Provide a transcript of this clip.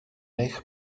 eich